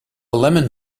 lemon